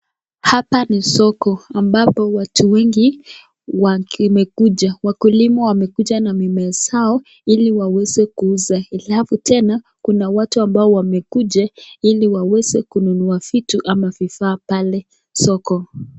Hapa ni soko ambapo watu wengi wamekuja. Wakulima wamekuja na mimea zao ili waweze kuuza alafu tena kuna watu wamekuja ili waweze kununua vitu ama vifaa pale soko.